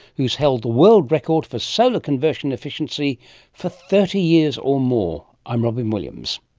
who's held the world record for solar conversion efficiency for thirty years or more. i'm robyn williams